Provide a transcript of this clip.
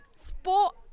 Sport